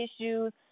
issues